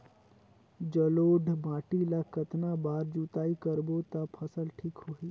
जलोढ़ माटी ला कतना बार जुताई करबो ता फसल ठीक होती?